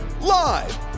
Live